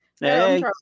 hey